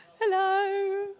hello